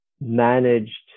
managed